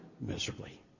miserably